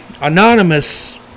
Anonymous